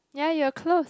ya you will close